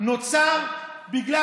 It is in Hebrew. נוצר בגלל